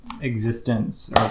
existence